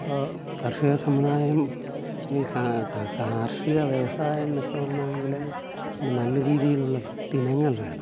ഇപ്പോൾ കർഷിക സമുദായം അല്ലെങ്കിൽ കാർഷിക വ്യവസായം മെച്ചപ്പെടണമെങ്കിൽ നല്ല രീതിയിലുള്ള വിത്തിനങ്ങൾ വേണം